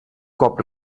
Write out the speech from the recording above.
cop